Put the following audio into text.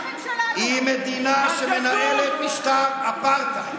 היא מדינה שמנהלת משטר אפרטהייד.